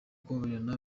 kubabarira